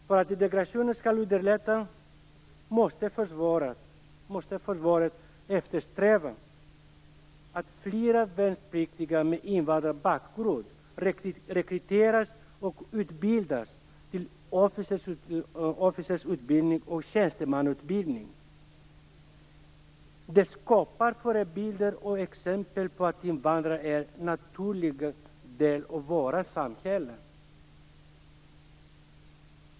För att integrationen skall underlättas måste försvaret eftersträva att fler värnpliktiga med invandrarbakgrund rekryteras och utbildas till officerare och tjänstemän. Det skapar förebilder och exempel på att invandrare är en naturlig del av vårt samhälle.